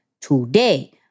today